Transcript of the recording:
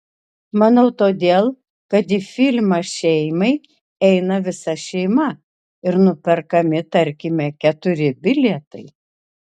manau todėl kad į filmą šeimai eina visa šeima ir nuperkami tarkime keturi bilietai